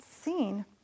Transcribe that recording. seen